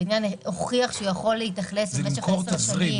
הבניין הוכיח שהוא יכול להתאכלס למשך 10 שנים,